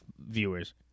viewers